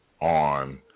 on